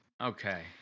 Okay